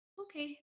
Okay